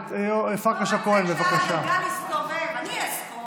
את זה והציבור